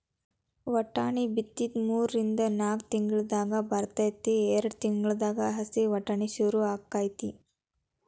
ವಟಾಣಿ ಬಿತ್ತಿದ ಮೂರಿಂದ ನಾಕ್ ತಿಂಗಳದಾಗ ಬರ್ತೈತಿ ಎರ್ಡ್ ತಿಂಗಳದಾಗ ಹಸಿ ವಟಾಣಿ ಸುರು ಅಕೈತಿ